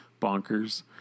bonkers